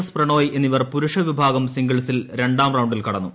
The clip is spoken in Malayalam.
എസ് പ്രണോയ് എന്നിവർ പുരുഷവിഭാഗം സിംഗിൾസിൽ രണ്ടാം റൌണ്ടിൽ കടന്നു